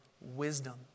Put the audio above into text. wisdom